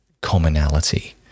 commonality